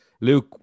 Luke